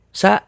sa